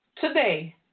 today